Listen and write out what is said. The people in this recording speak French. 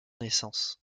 naissance